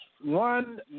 One